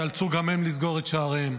ייאלצו גם הן לסגור את שעריהן.